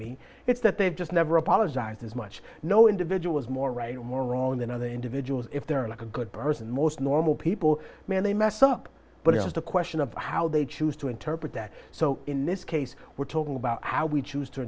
me it's that they've just never apologized as much no individual is more right or more wrong than other individuals if they're like a good person most normal people man they messed up but it was a question of how they choose to interpret that so in this case we're talking about how we choose to